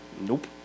nope